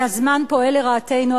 והזמן פועל לרעתו,